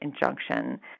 injunction